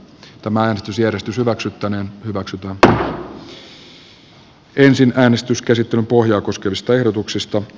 tämä äänestys äänestetään siten että ensin äänestyskäsittelyn pohjaa koskevista ehdotuksista